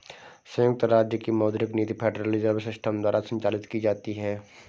संयुक्त राज्य की मौद्रिक नीति फेडरल रिजर्व सिस्टम द्वारा संचालित की जाती है